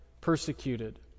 persecuted